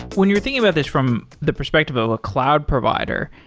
when you're thinking about this from the perspective of a cloud provider,